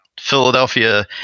Philadelphia